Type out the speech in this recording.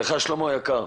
לך שלמה היקר,